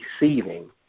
receiving